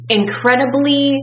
incredibly